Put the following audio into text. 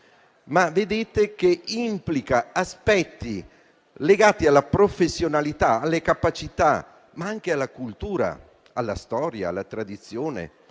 ma implica aspetti legati alla professionalità, alle capacità, ma anche alla cultura, alla storia, alla tradizione,